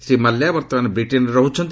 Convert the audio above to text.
ଶ୍ରୀ ମାଲ୍ୟା ବର୍ତ୍ତମାନ ବ୍ରିଟେନ୍ରେ ରହୁଛନ୍ତି